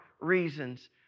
reasons